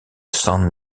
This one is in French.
san